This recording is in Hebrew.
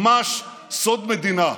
ממש סוד מדינה.